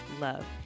love